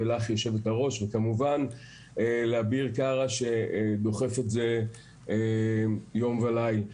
ולך יושבת הראש וכמובן לאביר קארה שדוחף את זה יום ולילה.